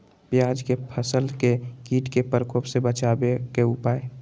प्याज के फसल के कीट के प्रकोप से बचावे के उपाय?